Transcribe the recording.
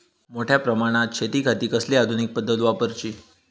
मोठ्या प्रमानात शेतिखाती कसली आधूनिक पद्धत वापराची?